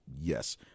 yes